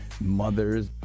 mothers